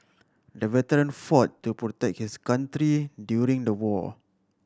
the veteran fought to protect his country during the war